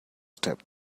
step